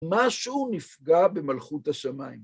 משהו נפגע במלכות השמיים.